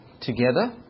together